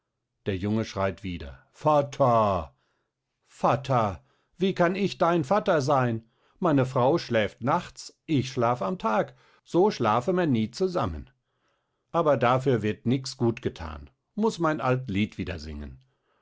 der junge schreit wieder vatter vatter wie kann ich dein vatter sein meine frau schläft nachts ich schlaf am tag so schlafe mer nie zusammen aber dafür wird nix gut gethan muß mein alt lied wieder singen